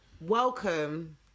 Welcome